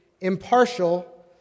impartial